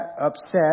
upset